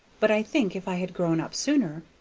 but i think if i had grown up sooner,